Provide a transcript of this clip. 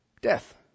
Death